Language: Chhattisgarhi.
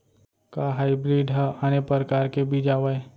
का हाइब्रिड हा आने परकार के बीज आवय?